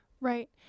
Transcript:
Right